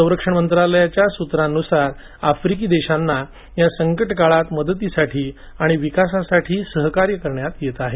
संरक्षण मंत्रालयाच्या सूत्रांच्या नुसार आफ्रिकी देशांना या संकट काळात मदतीसाठी आणि विकासासाठी सहकार्य करण्यात येत आहे